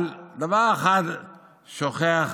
אבל דבר אחד שוכח